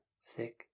sick